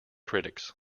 critics